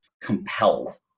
compelled